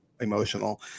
emotional